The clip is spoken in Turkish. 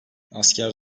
asker